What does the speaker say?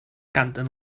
canten